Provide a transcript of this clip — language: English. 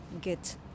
get